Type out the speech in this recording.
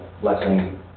blessing